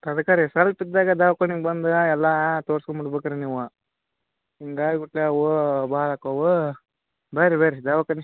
ಅದಕ್ಕೆ ರೀ ಸ್ವಲ್ಪ ಇದ್ದಾಗ ದವಾಖಾನಿಗೆ ಬಂದು ಎಲ್ಲ ತೋರ್ಸ್ಕಂಡ್ ಬಿಡ್ಬೇಕು ರೀ ನೀವು ಹಿಂಗಾಗಿ ಬಿಟ್ಟರೆ ಅವು ಭಾಳ ಬನ್ರಿ ಬನ್ರಿ ದವಾಖಾನೆ